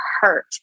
hurt